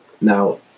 Now